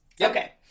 Okay